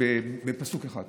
בפסוק אחד,